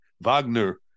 Wagner